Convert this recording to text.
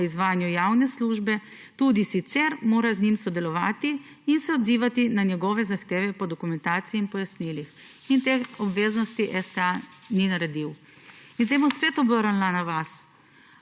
o izvajanju javne službe. Tudi sicer mora z njim sodelovati in se odzivati na njegove zahteve po dokumentaciji in pojasnilih. Te obveznosti STA ni izpolnil. In zdaj se bom spet obrnila na vas.